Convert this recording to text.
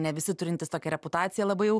ne visi turintys tokią reputaciją labai jau